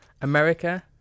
America